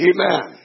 Amen